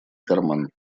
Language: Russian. карман